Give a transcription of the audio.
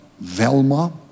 Velma